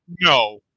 no